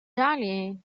yale